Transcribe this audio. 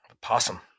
Possum